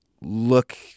look